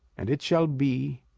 and it shall be,